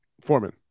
Foreman